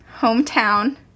hometown